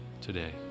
today